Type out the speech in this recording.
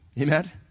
Amen